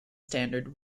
standards